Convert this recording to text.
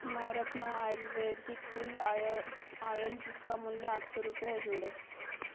नवरत्न आयुर्वेदिक cool oil जिसका मूल्य आठ सौ रुपये है जोड़ें